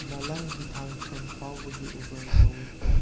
ꯃꯥꯂꯪ ꯍꯤꯊꯥꯡꯐꯝ ꯐꯥꯎꯕꯒꯤ ꯎꯕꯔ ꯀꯧꯋꯤ